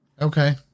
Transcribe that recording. okay